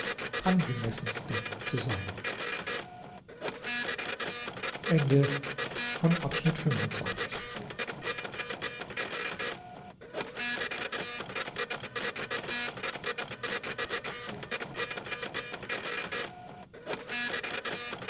angemessenste zu sein